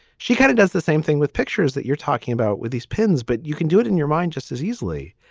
she kind of does the same thing with pictures that you're talking about with these pens, but you can do it in your mind just as easily.